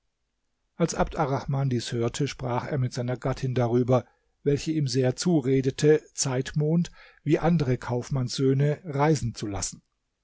als abd arrahman dies hörte sprach er mit seiner gattin darüber welche ihm sehr zuredete zeitmond wie andere kaufmannssöhne reisen zu lassen